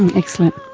and excellent.